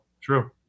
True